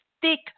thick